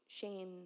shame